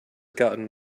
gotten